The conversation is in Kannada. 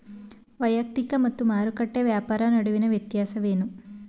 ವೈಯಕ್ತಿಕ ಮತ್ತು ಮಾರುಕಟ್ಟೆ ವ್ಯಾಪಾರ ನಡುವಿನ ವ್ಯತ್ಯಾಸವೇನು?